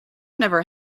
never